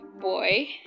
boy